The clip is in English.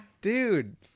Dude